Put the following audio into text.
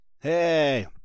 hey